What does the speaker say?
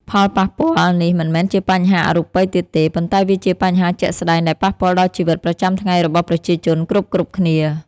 ផលប៉ះពាល់នេះមិនមែនជាបញ្ហាអរូបីទៀតទេ ប៉ុន្តែវាជាបញ្ហាជាក់ស្តែងដែលប៉ះពាល់ដល់ជីវិតប្រចាំថ្ងៃរបស់ប្រជាជនគ្រប់ៗគ្នា។